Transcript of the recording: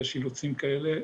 יש אילוצים כאלה,